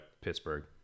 Pittsburgh